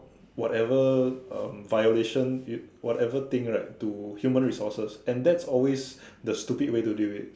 whatever um violation you whatever thing right to human resources and that's always the stupid way to deal with